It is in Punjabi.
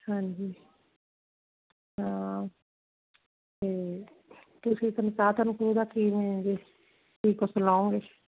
ਹਾਂਜੀ ਹਾਂ ਤੇ ਤੁਸੀਂ ਤਨਖਾਹ ਤਨਖੂਹ ਦਾ ਕਿਵੇਂ ਵੀ ਕੀ ਕੁਸ ਲਓਂਗੇ